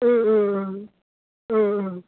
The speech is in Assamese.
অঁ